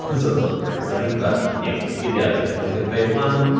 so it's not very exciting, but anyway, you get the idea. double-click page one,